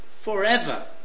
forever